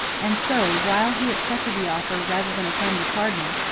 and so, while he accepted the offer rather than offend the cardinal,